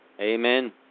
Amen